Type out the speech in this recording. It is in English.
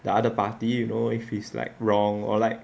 the other party you know if he's like wrong or like